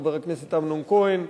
חבר הכנסת אמנון כהן,